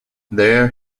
there